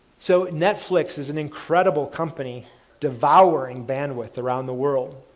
so netflix is an incredible company devouring bandwidth around the world.